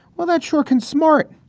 well, that sure can. smart.